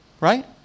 Right